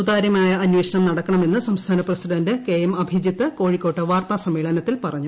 സുതാര്യമായ അന്വേഷണം നടക്കണമെന്ന് സംസ്ഥാന പ്രസിഡന്റ് കെ എം അഭിജിത് കോഴിക്കോട്ട് വാർത്താ സമ്മേളനത്തിൽ പറഞ്ഞു